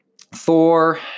Thor